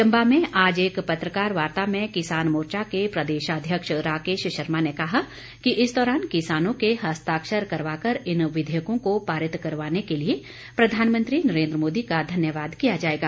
चंबा में आज एक पत्रकार वार्ता में किसान मोर्चा के प्रदेशाध्यक्ष राकेश शर्मा ने कहा कि इस दौरान किसानों के हस्ताक्षर करवाकर इन विधेयकों को पारित करवाने के लिए प्रधानमंत्री नरेंद्र मोदी का धन्यवाद किया जाएगा